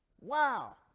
Wow